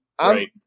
Right